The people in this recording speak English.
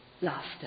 laughter